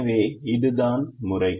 எனவே அதுதான் முறை